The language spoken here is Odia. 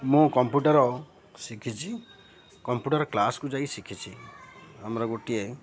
ମୁଁ କମ୍ପୁଟର ଶିଖିଛି କମ୍ପୁଟର କ୍ଲାସ୍କୁ ଯାଇକି ଶିଖିଛି ଆମର ଗୋଟିଏ